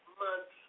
months